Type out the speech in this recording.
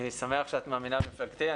בהחלט, אני שמח שאת מאמינה במפלגתי.